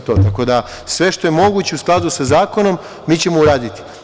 Tako da, sve što je moguće u skladu sa zakonom mi ćemo uraditi.